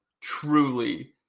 truly